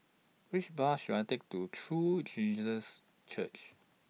Which Bus should I Take to True Jesus Church